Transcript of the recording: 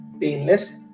painless